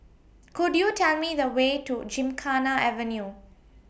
Could YOU Tell Me The Way to Gymkhana Avenue